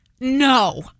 no